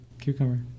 cucumber